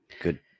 good